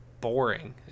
boring